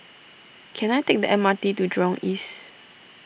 can I take the M R T to Jurong East